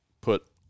put